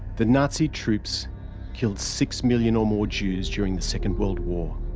the nazi troops killed six million-or-more jews during the second world war